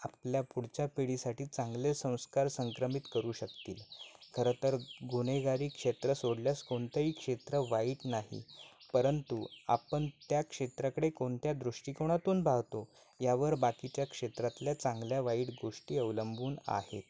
आपल्या पुढच्या पिढीसाठी चांगले संस्कार संक्रमित करू शकतील खरं तर गुन्हेगारी क्षेत्र सोडल्यास कोणतंही क्षेत्र वाईट नाही परंतु आपण त्या क्षेत्राकडे कोणत्या दृष्टिकोनातून पाहतो यावर बाकीच्या क्षेत्रातल्या चांगल्या वाईट गोष्टी अवलंबून आहेत